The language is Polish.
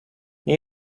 nie